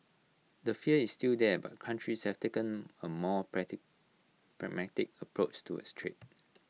the fear is still there but countries have taken A more pragmatic approach towards trade